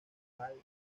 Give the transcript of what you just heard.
hal